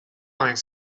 avec